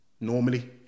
normally